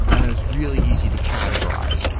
and it was really easy to categorize,